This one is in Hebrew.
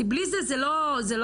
כי בלי זה זה לא יצטמצם.